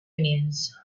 unions